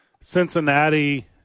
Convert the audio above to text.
Cincinnati